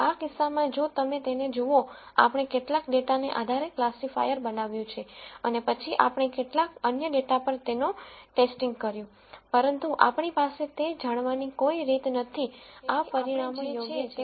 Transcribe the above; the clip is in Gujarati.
આ કિસ્સામાં જો તમે તેને જુઓ આપણે કેટલાક ડેટાના આધારે ક્લાસિફાયર બનાવ્યું છે અને પછી આપણે કેટલાક અન્ય ડેટા પર તેનો ટેસ્ટિંગ કર્યુ પરંતુ આપણી પાસે તે જાણવાની કોઈ રીત નથી આ પરિણામો યોગ્ય છે કે ખોટા